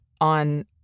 on